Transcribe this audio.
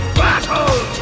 battle